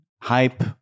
hype